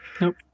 Nope